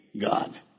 God